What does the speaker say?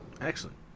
excellent